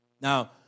Now